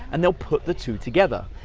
and they'll put the two together.